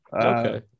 Okay